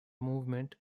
movement